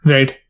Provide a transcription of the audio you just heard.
Right